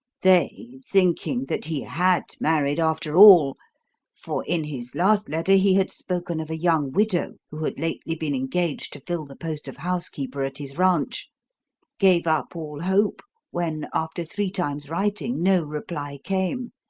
they, thinking that he had married after all for in his last letter he had spoken of a young widow who had lately been engaged to fill the post of housekeeper at his ranch gave up all hope when after three times writing no reply came,